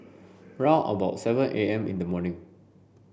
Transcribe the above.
round about seven A M in the morning